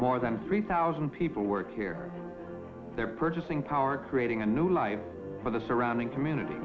more than three thousand people work here their purchasing power creating a new life for the surrounding community